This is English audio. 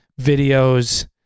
videos